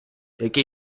які